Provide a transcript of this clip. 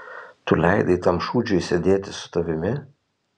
tu leidai tam šūdžiui sėdėti su tavimi